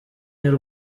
y’u